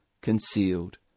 concealed